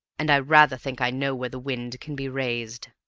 and i rather think i know where the wind can be raised.